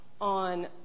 on